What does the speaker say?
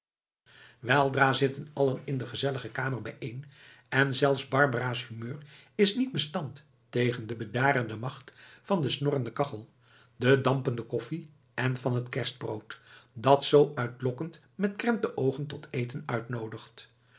weldra zitten allen in de gezellige kamer bijeen en zelfs barbara's humeur is niet bestand tegen de bedarende macht van de snorrende kachel de dampende koffie en van het kerstbrood dat zoo uitlokkend met krentenoogen tot eten uitnoodigt